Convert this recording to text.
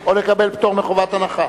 או לקבל פטור מחובת הנחה.